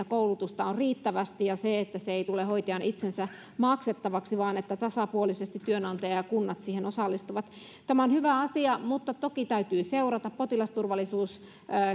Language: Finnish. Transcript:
koulutusta on riittävästi ja että se ei tule hoitajan itsensä maksettavaksi vaan että tasapuolisesti työnantaja ja kunnat siihen osallistuvat tämä on hyvä asia mutta toki tätä täytyy seurata potilasturvallisuus